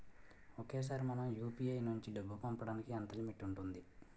ఒకేసారి మనం యు.పి.ఐ నుంచి డబ్బు పంపడానికి ఎంత లిమిట్ ఉంటుంది?